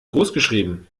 großgeschrieben